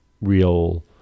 real